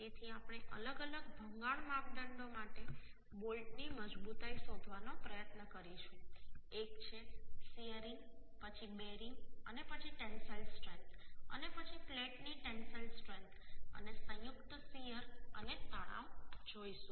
તેથી આપણે અલગ અલગ ભંગાણ માપદંડો માટે બોલ્ટની મજબૂતાઈ શોધવાનો પ્રયત્ન કરીશું એક છે શીયરિંગ પછી બેરિંગ અને પછી ટેન્સાઈલ સ્ટ્રેન્થ અને પછી પ્લેટની ટેન્સાઈલ સ્ટ્રેન્થ અને સંયુક્ત શીયર અને તણાવ જોઈશું